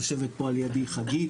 יושבת פה לידי חגית.